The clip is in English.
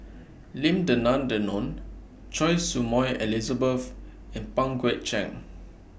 Lim Denan Denon Choy Su Moi Elizabeth and Pang Guek Cheng